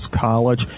College